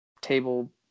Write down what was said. table